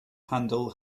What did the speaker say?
handle